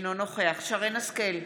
אינו נוכח שרן מרים השכל,